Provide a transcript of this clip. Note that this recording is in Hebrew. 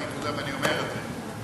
ואני חוזר ואני אומר את זה,